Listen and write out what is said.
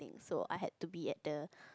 so I had to be at the